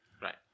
Right